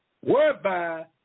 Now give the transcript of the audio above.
whereby